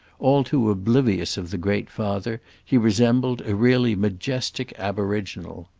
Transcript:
all too oblivious of the great father, he resembled a really majestic aboriginal.